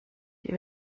die